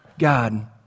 God